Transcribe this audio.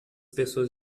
pessoas